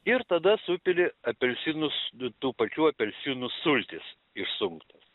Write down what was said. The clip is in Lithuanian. ir tada supili apelsinus du tų pačių apelsinų sultis išsunktas